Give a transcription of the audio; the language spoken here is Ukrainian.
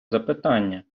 запитання